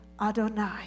Adonai